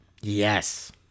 Yes